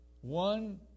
One